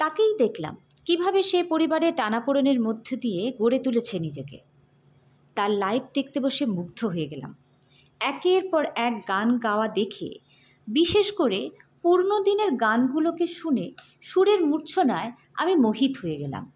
তাকেই দেখলাম কীভাবে সে পরিবারের টানাপোড়নের মধ্যে দিয়ে গড়ে তুলেছে নিজেকে তার লাইফ দেখতে বসে মুগ্ধ হয়ে গেলাম একের পর এক গান গাওয়া দেখে বিশেষ করে পুরনো দিনের গানগুলোকে শুনে সুরের মূর্চ্ছনায় আমি মোহিত হয়ে গেলাম